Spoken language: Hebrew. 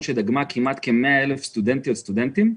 שדגמה כמעט כ-100,000 סטודנטים וסטודנטיות.